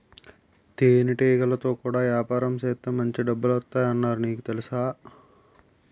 తేనెటీగలతో కూడా యాపారం సేత్తే మాంచి డబ్బులొత్తాయ్ అన్నారు నీకు తెలుసా?